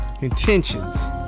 Intentions